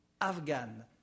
Afghan